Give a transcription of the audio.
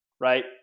right